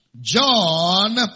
John